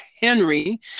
Henry